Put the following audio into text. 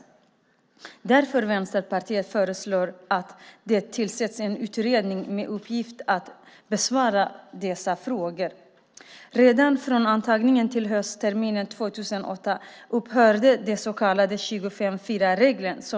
Därför föreslår Vänsterpartiet att det tillsätts en utredning med uppgift att besvara dessa frågor. Redan från antagningen till höstterminen 2008 upphörde den så kallade 25:4-regeln att gälla.